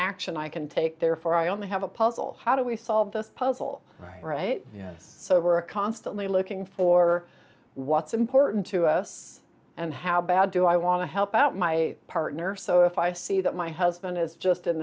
action i can take therefore i only have a puzzle how do we solve the puzzle right so we're constantly looking for what's important to us and how bad do i want to help out my partner so if i see that my husband is just in